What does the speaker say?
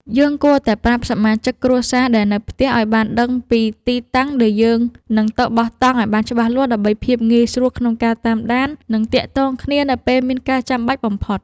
យើងគួរតែប្រាប់សមាជិកគ្រួសារដែលនៅផ្ទះឱ្យបានដឹងពីទីតាំងដែលយើងនឹងទៅបោះតង់ឱ្យបានច្បាស់លាស់ដើម្បីភាពងាយស្រួលក្នុងការតាមដាន និង ទាក់ទងគ្នានៅពេលមានការចាំបាច់បំផុត។